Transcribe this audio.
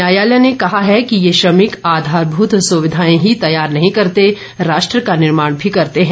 न्यायालय ने कहा है कि ये श्रमिक आधारभूत सुविधाएं ही तैयार नहीं करते राष्ट्र का निर्माण भी करते हैं